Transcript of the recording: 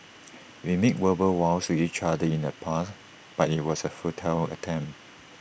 we made verbal vows to each other in the past but IT was A futile attempt